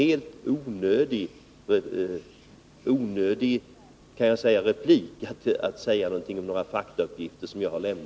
Det är alldeles onödigt att i en replik säga något om de faktauppgifter som jag har lämnat.